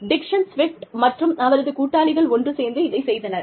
Dixon Swift மற்றும் அவரது கூட்டாளிகள் ஒன்று சேர்ந்து இதைச் செய்தனர்